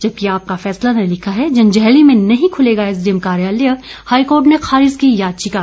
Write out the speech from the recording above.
जबकि आपका फैसला ने लिखा है जंजैहली में नहीं खुलेगा एसडीएम कार्यालय हाईकोर्ट ने खारिज की याचिका